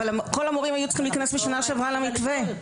אבל כל המורים היו צריכים להיכנס בשנה שעברה למתווה.